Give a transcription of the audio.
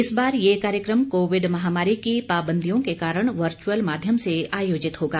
इस बार कार्यक्रम कोविड महामारी की पाबंदियों के कारण वर्च्रअल माध्यम से आयोजित होगा